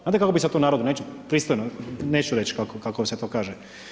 Znate kako bi se to u narodu neću, pristojno, neću reći kako se to kaže.